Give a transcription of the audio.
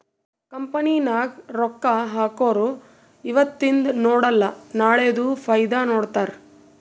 company ನಾಗ್ ರೊಕ್ಕಾ ಹಾಕೊರು ಇವತಿಂದ್ ನೋಡಲ ನಾಳೆದು ಫೈದಾ ನೋಡ್ತಾರ್